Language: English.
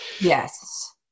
Yes